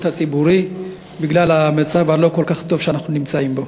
הציבורי בגלל המצב הלא-כל-כך טוב שאנחנו נמצאים בו.